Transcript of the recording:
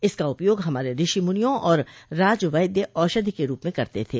इसका उपयोग हमारे ऋषि मुनियों और राजवैद्य औषधि के रूप में करते थे